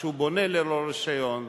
כשהוא בונה ללא רשיון,